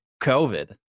COVID